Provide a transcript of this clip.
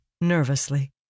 nervously